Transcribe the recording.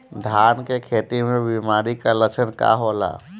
धान के खेती में बिमारी का लक्षण का होला?